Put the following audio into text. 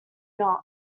not